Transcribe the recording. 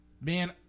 man